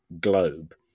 globe